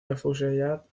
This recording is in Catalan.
afusellat